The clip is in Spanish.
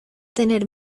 tener